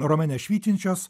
romane švytinčios